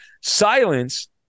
Silence